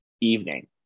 evening